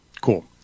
Cool